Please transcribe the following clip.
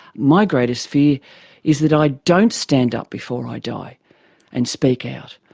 my greatest fear is that i don't stand up before i die and speak out.